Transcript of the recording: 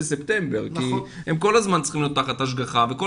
בספטמבר כי הם כל הזמן צריכים להיות תחת השגחה וכל